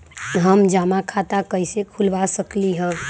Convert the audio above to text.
हम जमा खाता कइसे खुलवा सकली ह?